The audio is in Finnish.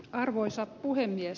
arvoisa puhemies